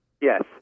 Yes